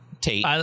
Tate